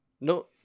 No